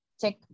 check